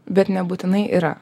bet nebūtinai yra